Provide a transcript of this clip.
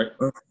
right